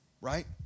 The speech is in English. right